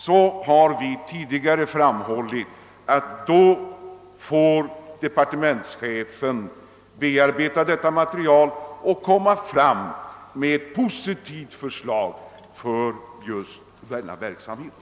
Som vi tidigare framhållit får sedan departementschefen bearbeta detta material och lägga fram ett positivt förslag beträffande denna verksamhet.